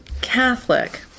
Catholic